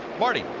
marty?